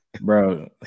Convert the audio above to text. bro